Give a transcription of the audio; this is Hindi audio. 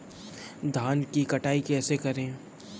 धान की कटाई कैसे करें?